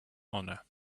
honor